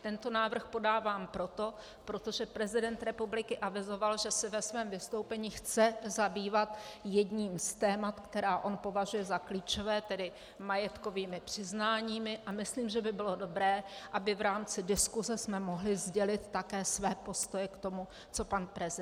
Tento návrh podávám proto, protože prezident republiky avizoval, že se ve svém vystoupení chce zabývat jedním z témat, která on považuje za klíčová, tedy majetkovými přiznáními, a myslím, že by bylo dobré, abychom v rámci diskuse mohli sdělit také své postoje k tomu, co pan prezident zde řekne.